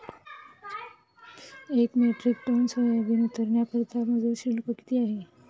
एक metric tonne soybean उतरवण्याकरता मजूर शुल्क किती आहे?